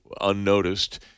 unnoticed